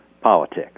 politics